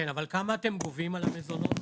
כן, אבל כמה אתם גובים על המזונות?